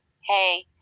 hey